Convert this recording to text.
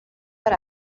per